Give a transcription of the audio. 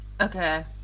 okay